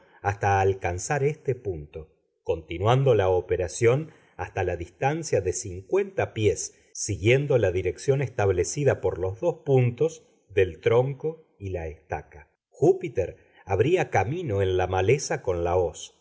punto continuando la operación hasta la distancia de cincuenta pies siguiendo la dirección establecida por los dos puntos del tronco y la estaca júpiter abría camino en la maleza con la hoz